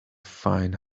fine